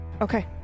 Okay